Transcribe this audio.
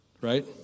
Right